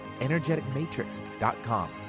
energeticmatrix.com